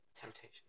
temptation